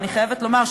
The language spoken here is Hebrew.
אני חייבת לומר,